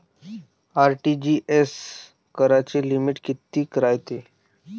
RTGS कराची limit कितीक रायते?